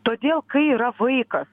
todėl kai yra vaikas